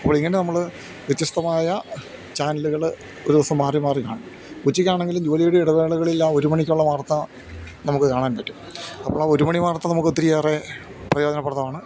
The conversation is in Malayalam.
അപ്പോളിങ്ങനെ നമ്മള് വ്യത്യസ്തമായ ചാനലുകള് ഒരു ദിവസം മാറി മാറി കാണും ഉച്ചയ്ക്കാണെങ്കിലും ജോലിയുടെ ഇടവേളകളില് ആ ഒരു മണിക്കുള്ള വാർത്ത നമുക്ക് കാണാൻ പറ്റും അപ്പോള് ഒരു മണി വാർത്ത നമുക്ക് ഒത്തിരിയേറെ പ്രയോജനപ്രദമാണ്